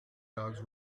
dogs